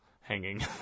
hanging